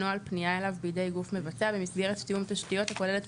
נוהל פנייה אליו בידי גוף מבצע במסגרת תיאום תשתית הכוללת את